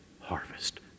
harvest